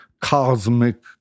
cosmic